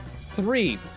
Three